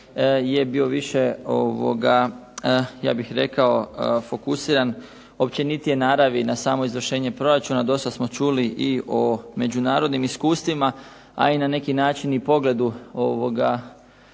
je bio više ja bih rekao fokusiran općenitije naravi za samo izvršenje proračuna. Dosta smo čuli i o međunarodnim iskustvima, a i na neki način i pogledu